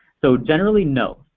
so generally no.